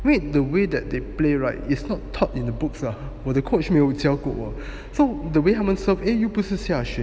wait the way that they play right is not taught in the books ah 我的 coach 没有教过 so the way 他们 serve eh 又不是下旋